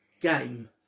game